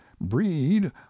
breed